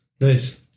Nice